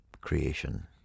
creation